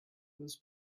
was